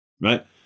right